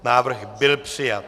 Návrh byl přijat.